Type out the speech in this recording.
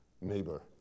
neighbor